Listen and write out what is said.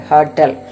Hotel